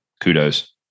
Kudos